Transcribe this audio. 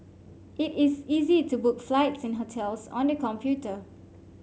it is easy to book flights and hotels on the computer